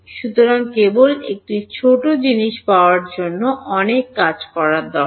সুতরাং কেবল একটি ছোট জিনিস পাওয়ার জন্য অনেক কাজ করা দরকার